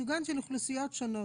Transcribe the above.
לייצוגן של אוכלוסיות שונות,